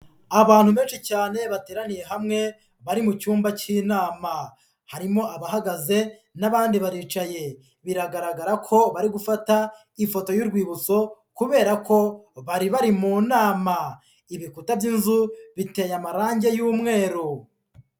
Abantu benshi cyane bateraniye hamwe bari mu cyumba cy'inama, harimo abahagaze n'abandi baricaye. Biragaragara ko bari gufata ifoto y'urwibutso kubera ko bari bari mu nama, ibikuta by'inzu biteye amarangi y'umweru.